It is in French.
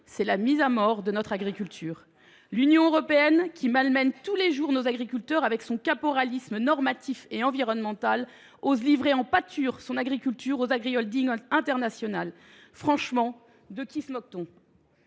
c’est la mise à mort de notre agriculture ! L’Union européenne, qui malmène tous les jours nos agriculteurs avec son caporalisme normatif et environnemental, ose livrer en pâture son agriculture aux internationales. Franchement, de qui se moque t on ?